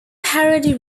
parody